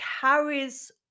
carries